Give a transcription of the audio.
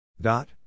Dot